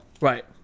Right